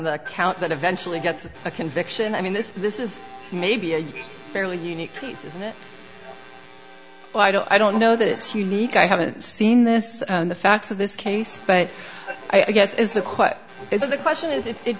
the count that eventually gets a conviction i mean this this is maybe a fairly unique piece isn't it well i don't i don't know that it's unique i haven't seen this in the facts of this case but i guess is the quote is the question is if it